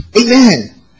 amen